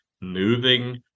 Moving